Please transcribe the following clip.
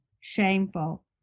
shameful